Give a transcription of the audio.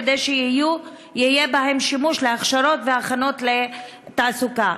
כדי שיהיה בהם שימוש להכשרות והכנות לתעסוקה,